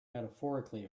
metaphorically